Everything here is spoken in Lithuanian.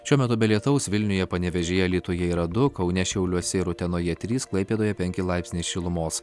šiuo metu be lietaus vilniuje panevėžyje alytuje yra du kaune šiauliuose ir utenoje trys klaipėdoje penki laipsniai šilumos